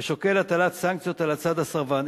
ושוקל הטלת סנקציות על הצד הסרבן.